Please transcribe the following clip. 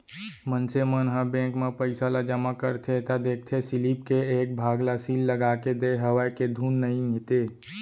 मनसे मन ह बेंक म पइसा ल जमा करथे त देखथे सीलिप के एक भाग ल सील लगाके देय हवय के धुन नइते